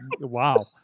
Wow